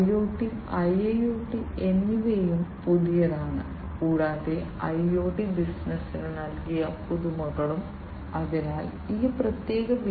AD അല്ലെങ്കിൽ DA converter analog to digital digital to analog converter എന്നിവയാണ് മറ്റ് ഘടകം